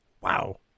Wow